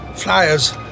Flyers